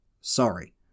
Sorry